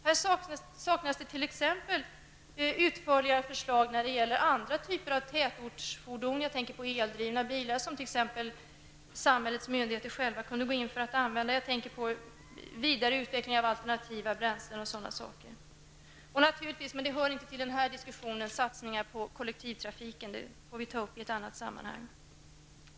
Här saknas t.ex. utförliga förslag när det gäller andra typer av fordon inom tätort; jag tänker t.ex. på eldrivna bilar som samhällets myndigheter själva kunde gå in för att använda, vidareutveckling av alternativa bränslen och sådana saker. Jag tänker naturligtvis också på satsningar på kollektivtrafiken, men det hör inte hemma i den här diskussionen. Det får vi ta upp i ett annat sammanhang.